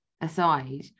aside